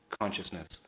consciousness